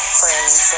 friends